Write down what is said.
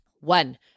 One